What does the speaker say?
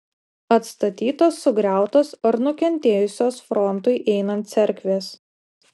atstatytos sugriautos ar nukentėjusios frontui einant cerkvės